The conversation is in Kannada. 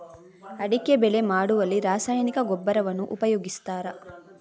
ಅಡಿಕೆ ಬೆಳೆ ಮಾಡುವಲ್ಲಿ ರಾಸಾಯನಿಕ ಗೊಬ್ಬರವನ್ನು ಉಪಯೋಗಿಸ್ತಾರ?